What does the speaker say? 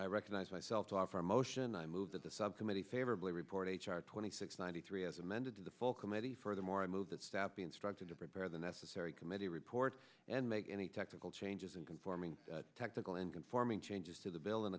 i recognize myself to offer a motion i move that the subcommittee favorably report h r twenty six ninety three as amended to the full committee furthermore i move that staff be instructed to prepare the necessary committee report and make any technical changes in conforming technical and conforming changes to the bill in